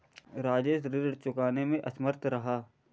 राजेश ऋण चुकाने में असमर्थ रहा